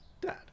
Dad